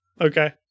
Okay